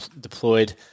deployed